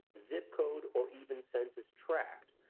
zip code, or even census tract.